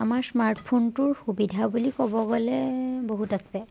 আমাৰ স্মাৰ্টফোনটোৰ সুবিধা বুলি ক'ব গ'লে বহুত আছে